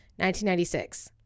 1996